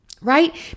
right